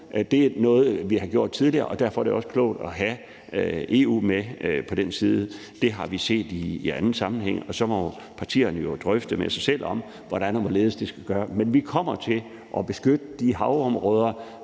Det er noget, vi har gjort tidligere, og derfor er det også klogt at have EU med på det. Det har vi set i anden sammenhæng, og så må partierne jo drøfte med sig selv, hvordan og hvorledes det skal gøres. Men vi kommer til at beskytte de havområder,